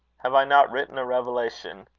have i not written a revelation?